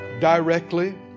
directly